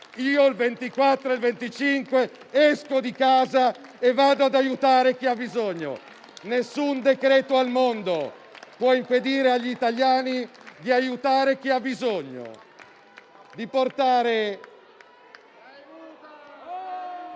il 24 e 25 dicembre esco di casa e vado ad aiutare chi ha bisogno. Nessun decreto al mondo può impedire agli italiani di aiutare chi ha bisogno, di portare...